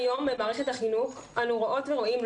כיום במערכת החינוך אנו רואות ורואים,